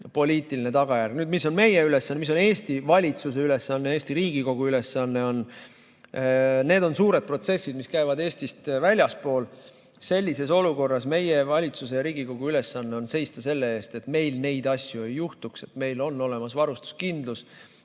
poliitiline tagajärg. Nüüd, mis on meie ülesanne? Mis on Eesti valitsuse ülesanne ja Eesti Riigikogu ülesanne? Need on suured protsessid, mis käivad Eestist väljaspool. Sellises olukorras meie valitsuse ja Riigikogu ülesanne on seista selle eest, et meil neid asju ei juhtuks, et meil oleks olemas varustuskindlus,